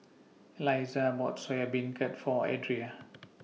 Elizah bought Soya Beancurd For Adria